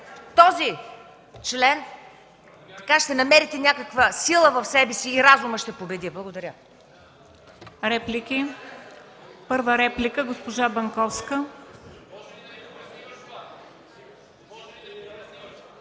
че ще намерите някаква сила в себе си и разумът ще победи. Благодаря.